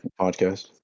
podcast